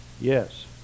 yes